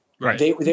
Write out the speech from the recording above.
Right